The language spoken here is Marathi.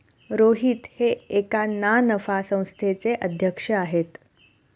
रोहित हे एका ना नफा संस्थेचे अध्यक्ष आहेत